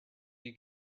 you